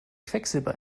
quecksilber